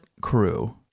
crew